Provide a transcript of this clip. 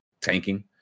tanking